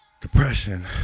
depression